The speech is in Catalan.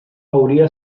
hauria